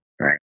Right